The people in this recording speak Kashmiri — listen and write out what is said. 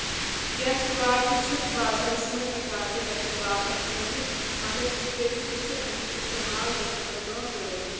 کیٚنٛہہ سُکاڈ تہِ چھِکھ بازرَس منٛز یہِ کاپے رَٹنہٕ باپَتھ ترایمٕتۍ تہٕ مَگر تہِ کٔرِتھ تہِ چھُ اَمیُک اِستعمال دۄہ کھۄتہٕ دۄہ ہُرٲنی